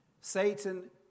Satan